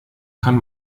kann